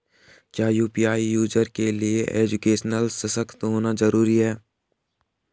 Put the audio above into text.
क्या UPI user के लिए एजुकेशनल सशक्त होना जरूरी है?